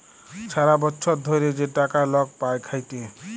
ছারা বচ্ছর ধ্যইরে যে টাকা লক পায় খ্যাইটে